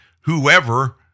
whoever